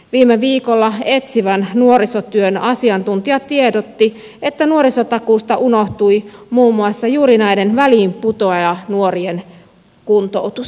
viime viikolla etsivän nuorisotyön asiantuntija tiedotti että nuorisotakuusta unohtui muun muassa juuri näiden väliinputoajanuorien kuntoutus